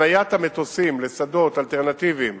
הפניית המטוסים לשדות אלטרנטיביים